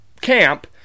camp